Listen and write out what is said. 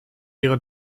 ihre